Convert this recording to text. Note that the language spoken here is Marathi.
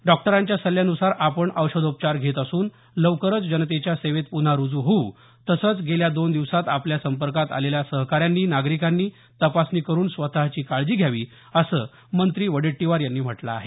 डॉक्टरांच्या सल्ल्यानुसार आपण औषधोपचार घेत असून लवकरच जनतेच्या सेवेत पुन्हा रुजू होऊ तसंच गेल्या दोन दिवसांत आपल्या संपर्कात आलेल्या सहकाऱ्यांनी नागरिकांनी तपासणी करुन स्वतःची काळजी घ्यावी असं मंत्री वडेट्टीवार यांनी म्हटलं आहे